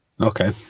okay